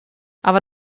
aber